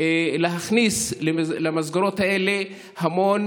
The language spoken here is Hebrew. להכניס למסגרות האלה המון,